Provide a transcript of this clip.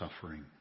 suffering